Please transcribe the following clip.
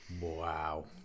Wow